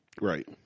Right